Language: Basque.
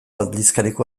aldizkariko